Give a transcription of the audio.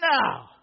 now